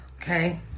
Okay